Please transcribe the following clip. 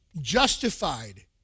justified